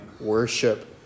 worship